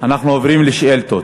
אנחנו עוברים לשאילתות.